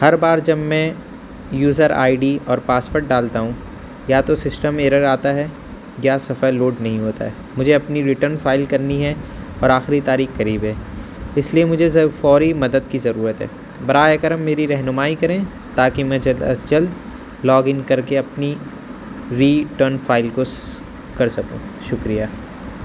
ہر بار جب میں یوزر آئی ڈی اور پاسپورڈ ڈالتا ہوں یا تو سسٹم ارر آتا ہے یا صفحہ لوڈ نہیں ہوتا ہے مجھے اپنی ریٹرن فائل کرنی ہے اور آخری تاریخ قریب ہے اس لیے مجھے ذرا فوری مدد کی ضرورت ہے برائے کرم میری رہنمائی کریں تاکہ میں جلد از جلد لاگ ان کر کے اپنی ریٹرن فائل کو کر سکوں شکریہ